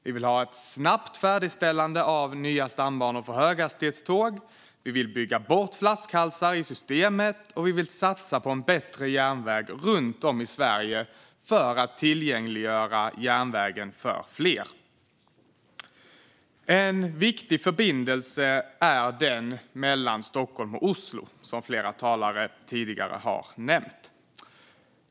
Vi vill ha ett snabbt färdigställande av nya stambanor för höghastighetståg, vi vill bygga bort flaskhalsar i systemet och vi vill satsa på en bättre järnväg runt om i Sverige för att tillgängliggöra järnvägen för fler. En viktig förbindelse är den mellan Stockholm och Oslo, som flera talare tidigare har nämnt.